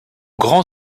grand